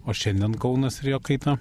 o šiandien kaunas ir jo kaita